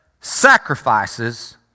sacrifices